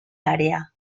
área